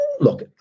Look